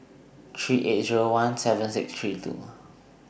three eight Zero one seven six three two